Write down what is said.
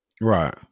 Right